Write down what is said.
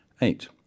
eight